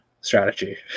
strategy